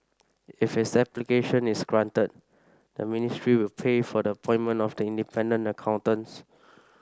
if its application is granted the ministry will pay for the appointment of the independent accountants